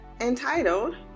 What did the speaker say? entitled